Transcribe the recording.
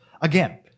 Again